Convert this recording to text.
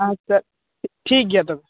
ᱟᱪᱪᱷᱟ ᱴᱷᱤᱠ ᱜᱮᱭᱟ ᱛᱚᱵᱮ